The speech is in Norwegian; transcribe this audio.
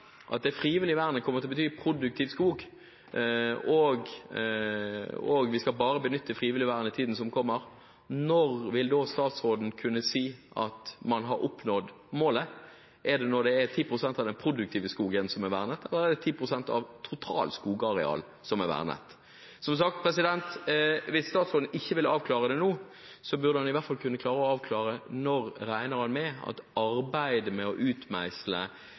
at det frivillige vernet kommer til å bety produktiv skog, og vi bare skal benytte frivillig vern i tiden om kommer: Når vil da statsråden kunne si at man har nådd målet? Er det når det er 10 pst. av den produktive skogen som er vernet, eller er det når det er 10 pst. av totalt skogareal som er vernet? Som sagt: Hvis statsråden ikke vil avklare det nå, burde han i hvert fall kunne klare å klargjøre når han regner med at arbeidet med å utmeisle